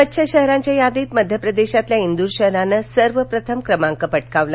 स्वच्छ शहरांच्या यादीत मध्यप्रदेशातल्या इंदूर शहरानं सर्वप्रथम क्रमांक पटकावला